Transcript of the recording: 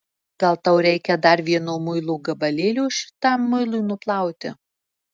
gal tau reikia dar vieno muilo gabalėlio šitam muilui nuplauti